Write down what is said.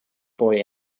boy